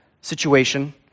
situation